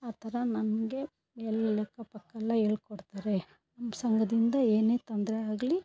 ಆ ಥರ ನನಗೆ ಎಲ್ಲ ಲೆಕ್ಕ ಪಕ್ಕ ಎಲ್ಲ ಹೇಳ್ಕೊಡ್ತಾರೆ ನಮ್ಮ ಸಂಘದಿಂದ ಏನೇ ತೊಂದರೆ ಆಗಲಿ